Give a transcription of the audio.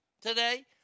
today